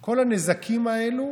כל הנזקים האלה